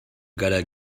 gotta